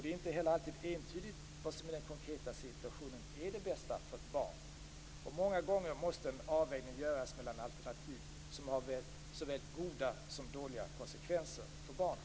Det är inte heller alltid entydigt vad som i den konkreta situationen är det bästa för ett barn. Många gånger måste en avvägning göras mellan alternativ som har såväl goda som dåliga konsekvenser för barnen.